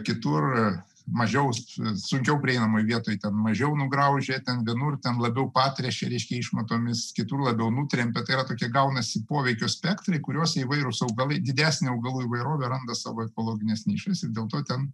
kitur mažiau su sunkiau prieinamoj vietoj ten mažiau nugraužia ten vienur ten labiau patręšia reiškia išmatomis kitur labiau nutrempia tai yra tokie gaunasi poveikio spektrai kuriuose įvairūs augalai didesnė augalų įvairovė randa savo ekologines nišas ir dėl to ten